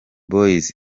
boyz